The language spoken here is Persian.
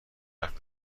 حرف